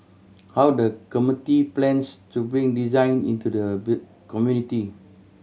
how the committee plans to bring design into the community